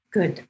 Good